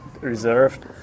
reserved